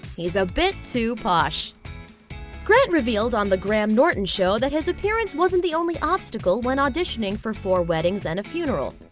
he's a bit too posh grant revealed on the graham norton show that his appearance wasn't the only obstacle when auditioning for four weddings and a funeral.